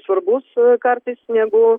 svarbus kartais negu